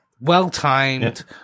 well-timed